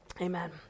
amen